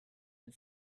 had